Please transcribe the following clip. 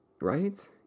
Right